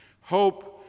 Hope